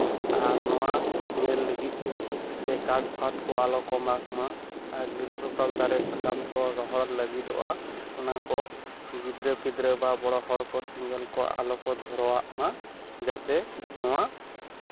ᱟᱨ ᱱᱚᱣᱟ ᱧᱮᱞ ᱞᱟᱹᱜᱤᱫ ᱛᱮ ᱠᱟᱴᱷ ᱯᱷᱟᱴ ᱠᱚ ᱟᱞᱚ ᱠᱚ ᱢᱟᱜᱽ ᱢᱟ ᱜᱨᱤᱥᱚᱠᱟᱞ ᱫᱟᱨᱮ ᱥᱟᱠᱟᱢ ᱠᱚ ᱨᱚᱦᱚᱲ ᱞᱟᱹᱜᱤᱫᱚᱜᱼᱟ ᱚᱱᱟ ᱠᱚ ᱜᱤᱫᱽᱨᱟᱹ ᱯᱤᱫᱽᱨᱟᱹ ᱵᱟ ᱵᱚᱲᱚ ᱦᱚᱲ ᱠᱚ ᱥᱮᱸᱜᱮᱞ ᱟᱞᱚ ᱠᱚ ᱫᱷᱚᱨᱟᱣ ᱟᱜ ᱢᱟ ᱡᱟᱛᱮ ᱱᱚᱣᱟ